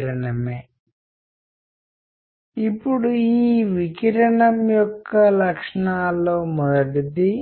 ఎందుకంటే నేను మీతో మాట్లాడుతుంటే మీరు నాకు ప్రతిస్పందిస్తున్నారు అది ఇకపై